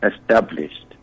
established